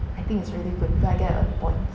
I think it's really good that I get the points